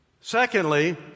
Secondly